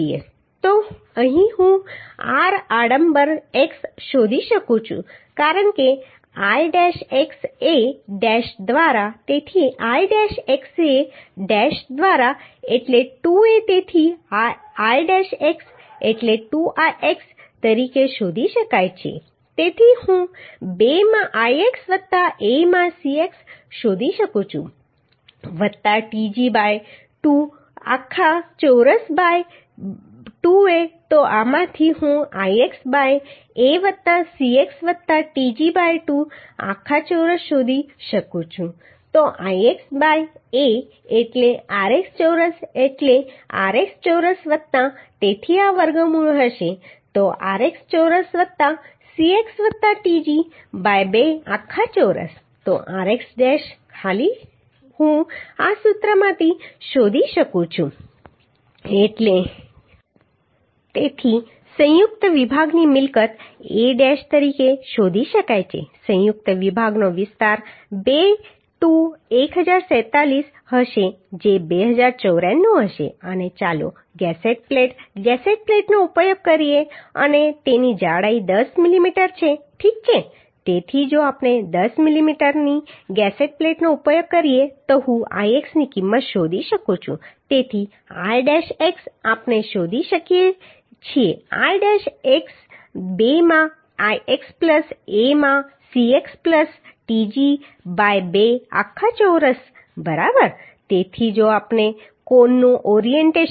તો અહીં હું r આડંબર x શોધી શકું છું કારણ કે I dash x A dash દ્વારા તેથી I dash x A dash દ્વારા એટલે 2A તેથી આ I dash x એટલે 2Ix તરીકે શોધી શકાય છે તેથી હું 2 માં Ix વત્તા A માં Cx શોધી શકું છું વત્તા tg બાય 2 આખા ચોરસ બાય 2A